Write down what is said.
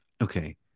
okay